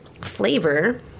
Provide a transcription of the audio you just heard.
flavor